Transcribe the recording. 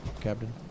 Captain